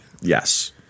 Yes